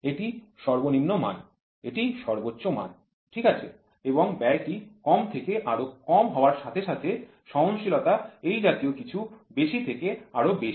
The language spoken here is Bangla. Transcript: এটি সর্বনিম্ন মান এটি সর্বোচ্চ মান ঠিক আছে এবং ব্যয়টি কম থেকে আরো কম হওয়ার সাথে সাথে সহনশীলতা এই জাতীয় কিছু বেশি থেকে আরও বেশি হয়